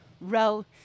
row